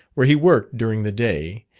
where he worked during the day,